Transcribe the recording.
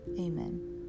Amen